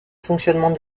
fonctionnement